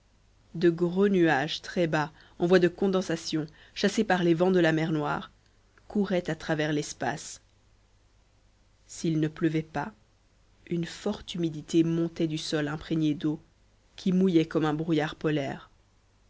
de gros nuages très bas en voie de condensation chassés par les vents de la mer noire couraient à travers l'espace s'il ne pleuvait pas une forte humidité montait du sol imprégné d'eau qui mouillait comme un brouillard polaire